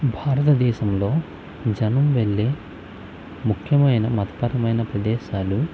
భారత దేశంలో జనం వెళ్ళే ముఖ్యమైన మతపరమైన ప్రదేశాలు